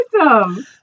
awesome